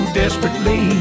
desperately